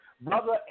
Brother